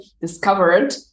discovered